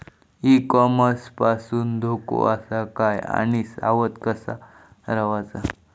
E commerce पासून धोको आसा काय आणि सावध कसा रवाचा?